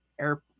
air